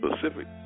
Pacific